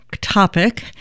topic